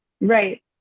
Right